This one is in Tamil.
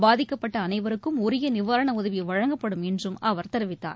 பாதிக்கப்பட்டஅனைவருக்கும் உரியநிவாரணஉதவிவழங்கப்படும் என்றுஅவர் தெரிவித்தார்